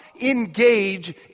engage